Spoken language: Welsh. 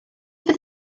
fydd